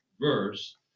verse